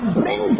bring